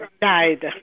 died